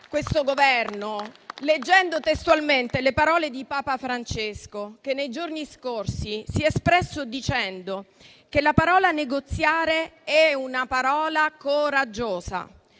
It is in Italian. questo Governo, leggendo testualmente le parole di papa Francesco, che nei giorni scorsi si è espresso dicendo che la parola «negoziare» è una parola coraggiosa: